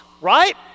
right